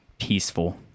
peaceful